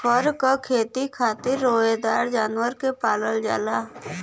फर क खेती खातिर रोएदार जानवर के पालल जाला